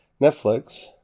Netflix